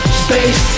space